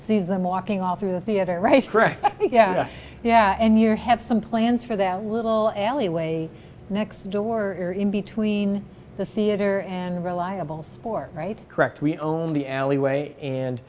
sees them walking all through the theatre right correct yeah yeah and here have some plans for that little alleyway next door or in between the theater and reliable sport right correct we only alleyway and